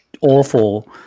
awful